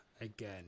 again